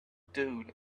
dune